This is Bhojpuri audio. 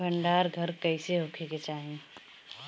भंडार घर कईसे होखे के चाही?